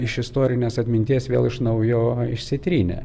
iš istorinės atminties vėl iš naujo išsitrynė